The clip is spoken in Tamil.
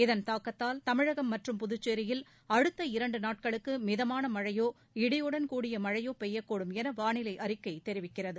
இதள் தாக்கத்தால் தமிழகம் மற்றும் புதுச்சேரியில் அடுத்த இரண்டு நாட்களுக்கு மிதமான மழையோ இடியுடன் கூடிய மழையோ பெய்யக்கூடும் என வானிலை அறிக்கை தெரிவிக்கிறது